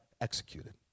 executed